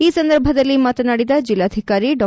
ಈ ಸಂದರ್ಭದಲ್ಲಿ ಮಾಕನಾಡಿದ ಜಿಲ್ಲಾಧಿಕಾರಿ ಡಾ